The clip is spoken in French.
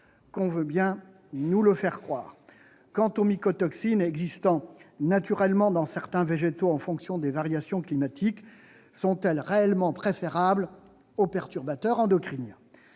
l'on veut bien nous le faire croire. Quant aux mycotoxines existant naturellement dans certains végétaux en fonction des variations climatiques, sont-elles réellement préférables aux perturbateurs endocriniens ?